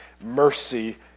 mercy